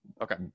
Okay